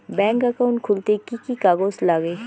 Bank account খুলতে কি কি কাগজ লাগে?